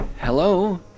Hello